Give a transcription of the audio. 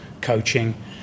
coaching